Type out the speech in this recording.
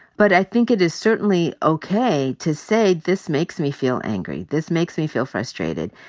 but i think it is certainly okay to say, this makes me feel angry. this makes me feel frustrated.